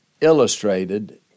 illustrated